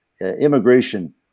immigration